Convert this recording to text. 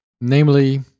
namely